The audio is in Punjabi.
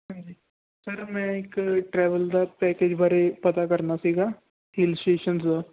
ਹਾਂਜੀ ਸਰ ਮੈਂ ਇੱਕ ਟਰੈਵਲ ਦਾ ਪੈਕੇਜ ਬਾਰੇ ਪਤਾ ਕਰਨਾ ਸੀਗਾ ਹਿੱਲ ਸਟੇਸ਼ਨਸ ਦਾ